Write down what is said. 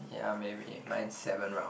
yeah maybe mine seven round